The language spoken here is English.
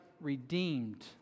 redeemed